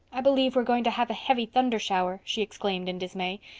i believe we're going to have a heavy thunder-shower, she exclaimed in dismay,